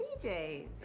PJs